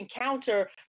encounter